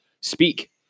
speak